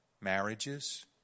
marriages